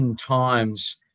times